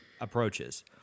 approaches